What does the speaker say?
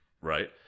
Right